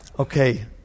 Okay